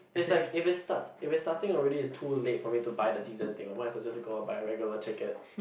it's like if it starts if it's starting already it's too late for me to buy the season thing might as well just go and buy a regular ticket